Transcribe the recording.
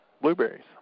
blueberries